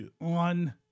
on